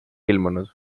ilmunud